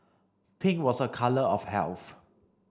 pink was a colour of health